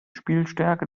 spielstärke